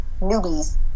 newbies